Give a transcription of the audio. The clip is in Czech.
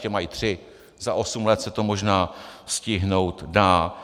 Ještě mají tři, za osm let se to možná stihnout dá.